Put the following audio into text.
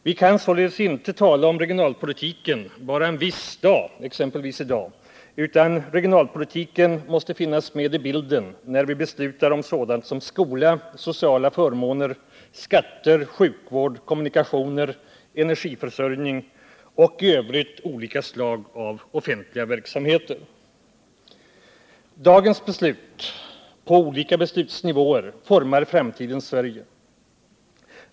Vi kan således inte tala om regionalpolitiken bara en viss dag — exempelvis i dag — utan regionalpolitiken måste finnas med i bilden, när vi beslutar om sådant som skola, sociala förmåner, skatter, sjukvård, kommunikationer, energiförsörjning och i övrigt olika slag av offentliga verksamheter. Dagens beslut — på olika beslutsnivåer — formar framtidens Sverige.